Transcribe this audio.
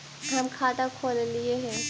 हम खाता खोलैलिये हे?